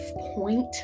point